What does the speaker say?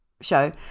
show